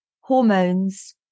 hormones